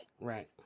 Right